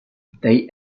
they